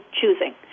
choosing